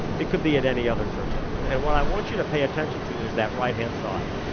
it could be in any other search engine, and what i want you to pay attention to is that right-hand side,